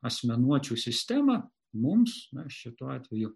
asmenuočių sistemą mums na šituo atveju